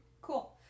Cool